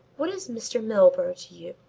what is mr. milburgh to you?